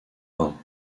rhin